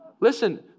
Listen